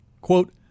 quote